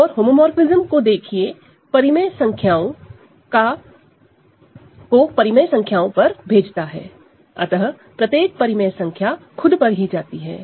और होमोमोरफ़िज्म को देखिए रेशनल नंबर को रेशनल नंबर पर भेजता है अतः प्रत्येक रेशनल नंबर खुद पर ही जाती है